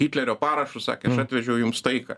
hitlerio parašu sakė aš atvežiau jums taiką